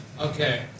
Okay